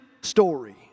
story